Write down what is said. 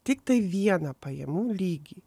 tiktai vieną pajamų lygį